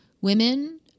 women